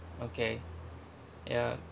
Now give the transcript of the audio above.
okay ya